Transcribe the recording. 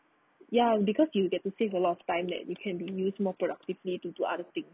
ya because you get to save a lot of time that it can be used more productively to do other things